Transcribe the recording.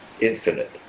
infinite